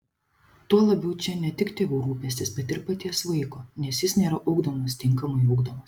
tuo labiau čia ne tik tėvų rūpestis bet ir paties vaiko nes jis nėra ugdomas tinkamai ugdomas